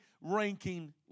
Ranking